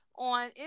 On